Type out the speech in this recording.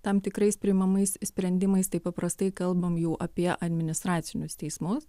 tam tikrais priimamais sprendimais tai paprastai kalbam jau apie administracinius teismus